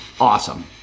awesome